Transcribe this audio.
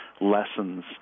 lessons